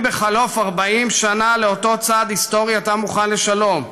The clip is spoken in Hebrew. בחלוף 40 שנה לאותו צעד היסטורי אתה מוכן לשלום?